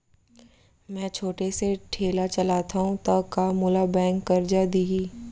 मैं छोटे से ठेला चलाथव त का मोला बैंक करजा दिही?